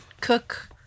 cook